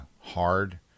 hard